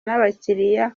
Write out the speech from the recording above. n’abakiliya